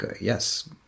yes